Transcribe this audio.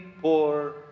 poor